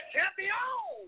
champion